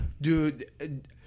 Dude